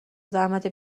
زحمت